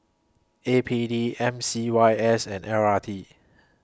A P D M C Y S and L R T